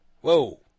Whoa